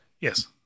Yes